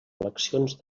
eleccions